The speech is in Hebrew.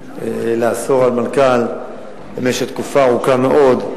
לאסור על מנכ"ל להתמודד במשך תקופה ארוכה מאוד.